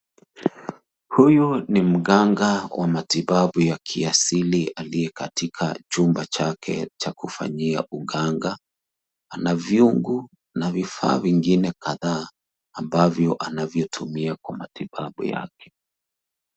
Huyu ni mganga wa matibabu ya kiasili aliye katika chumba chake cha kufanyia uganga. Ana vyungu na vifaa vingine kadhaa ambavyo anavyotumia kwa matibabu yake.